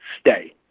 stay